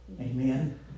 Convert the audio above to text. Amen